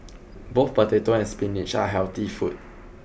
both potato and spinach are healthy food